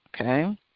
Okay